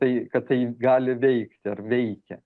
tai kad tai gali veikti ar veikia